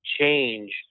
change